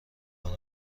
کنی